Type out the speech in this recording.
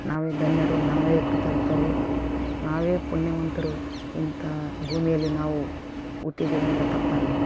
ನಾವೇ ಧನ್ಯರು ನಾವೇ ಕೃತಾರ್ಥರು ನಾವೇ ಪುಣ್ಯವಂತರು ಇಂಥ ಭೂಮಿಯಲ್ಲಿ ನಾವು ಹುಟ್ಟಿದಿವಿ ಅಂದರೆ ತಪ್ಪಲ್ಲ